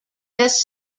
best